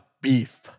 beef